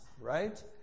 right